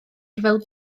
ryfel